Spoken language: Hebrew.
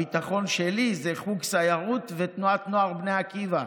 הביטחון שלי זה חוג סיירות ותנועת נוער בני עקיבא,